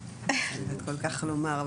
אני לא יודעת כל כך לומר,